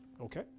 Okay